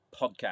podcast